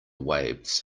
waves